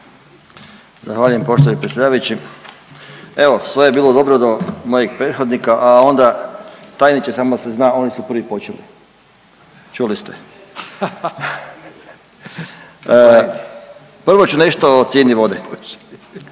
Zahvaljujem poštovani predsjedavajući. Evo, sve je bilo dobro do mojeg prethodnika, a onda, tajniče, samo da se zna, oni su prvi počeli, čuli ste. Prvo ću nešto o cijeni vode.